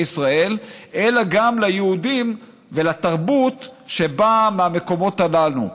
ישראל אלא גם ליהודים ולתרבות שבאה מהמקומות הללו,